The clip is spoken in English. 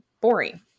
boring